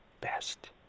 best